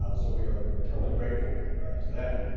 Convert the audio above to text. um so we are eternally grateful to them.